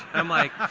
i'm like,